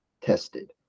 tested